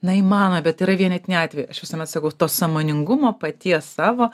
na įmanoma bet yra vienetiniai atvejai aš visuomet sakau to sąmoningumo paties savo